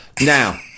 Now